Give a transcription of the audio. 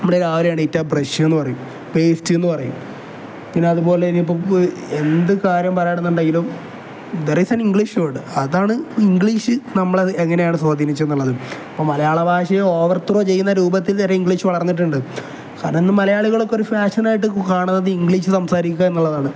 നമ്മുടെ രാവിലെ ഏണീറ്റാൽ ബ്രഷെന്ന് പറയും പേസ്റ്റെന്ന് പറയും പിന്നെ അതുപോലെ ഇനി ഇപ്പം എന്ത് കാര്യം പറയുകയാണെന്നുണ്ടെങ്കിലും there is an English word അതാണ് ഇംഗ്ലീഷ് നമ്മൾ അത് എങ്ങനെയാണ് സ്വാധീനിച്ചത് എന്നുള്ളത് ഇപ്പം മലയാള ഭാഷയെ ഓവർ ത്രോ ചെയ്യുന്ന രൂപത്തിൽ തന്നെ ഇംഗ്ലീഷ് വളർന്നിട്ടുണ്ട് കാരണം എന്ന് മലയാളികളൊക്കെ ഒരു ഫാഷനായിട്ട് കാണുന്നത് ഇംഗ്ലീഷ് സംസാരിക്കുക എന്നുള്ളതാണ്